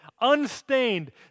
unstained